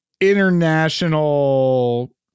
international